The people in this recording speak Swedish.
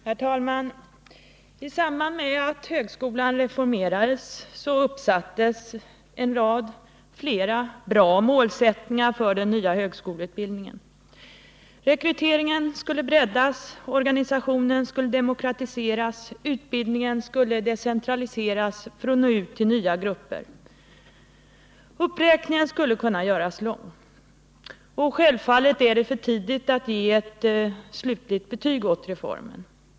Herr talman! I samband med att högskolan reformerades uppsattes en rad — bland dem flera bra — målsättningar för den nya högskoleutbildningen. Rekryteringen skulle breddas, organisationen demokratiseras och utbildningen decentraliseras för att nå ut till nya grupper. Uppräkningen skulle kunna göras lång. Självfallet är det för tidigt att ge ett slutligt betyg åt reformen.